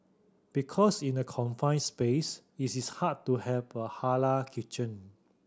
because in a confined space it is hard to have a halal kitchen